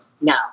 No